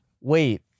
wait